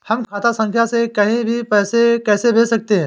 हम खाता संख्या से कहीं भी पैसे कैसे भेज सकते हैं?